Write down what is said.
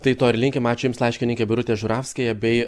tai to ir linkim ačiū jums laiškininke birutė žuravskėje bei